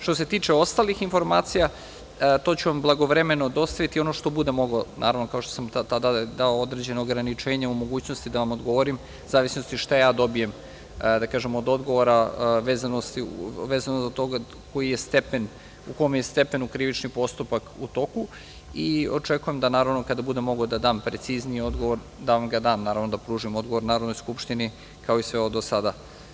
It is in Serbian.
Što se tiče ostalih informacija, to ću vam blagovremeno dostaviti, ono što budem mogao, naravno, kao što sam i tada dao određena ograničenja o mogućnosti da vam odgovorim, u zavisnosti šta ja dobijem od odgovora, vezano od toga u kom je stepenu krivični postupak u toku i očekujem da kada budem mogao da dam precizniji odgovor, da vam ga dam, da pružim odgovor Narodnoj skupštini, kao i sve do sada.